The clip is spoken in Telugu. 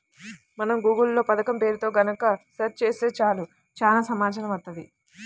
మనం గూగుల్ లో పథకం పేరుతో గనక సెర్చ్ చేత్తే చాలు చానా సమాచారం వత్తది